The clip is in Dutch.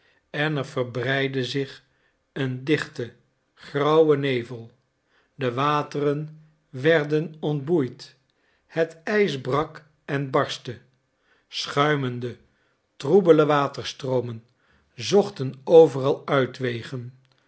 en er verbreide zich een dichte grauwe nevel de wateren werden ontboeid het ijs brak en barstte schuimende troebele waterstroomen zochten overal uitwegen